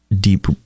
Deep